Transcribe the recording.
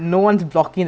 oh ya ya